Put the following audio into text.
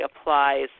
applies